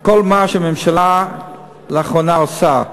כל מה שהממשלה לאחרונה עושה,